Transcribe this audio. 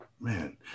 Man